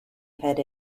had